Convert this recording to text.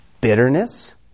bitterness